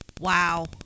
Wow